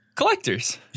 Collectors